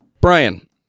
Brian